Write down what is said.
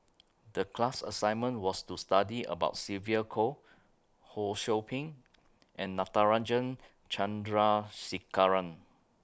The class assignment was to study about Sylvia Kho Ho SOU Ping and Natarajan Chandrasekaran